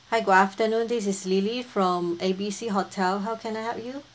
hi good afternoon this is lily from A B C hotel how can I help you